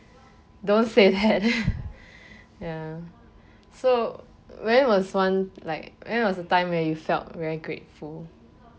don't say that ya so when was one like when was the time when you felt very grateful